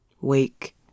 Wake